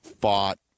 fought